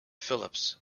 philips